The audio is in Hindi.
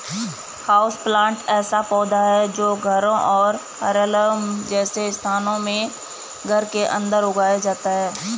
हाउसप्लांट ऐसा पौधा है जो घरों और कार्यालयों जैसे स्थानों में घर के अंदर उगाया जाता है